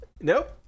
Nope